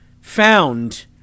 found